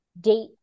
date